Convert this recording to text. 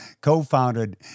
co-founded